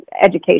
education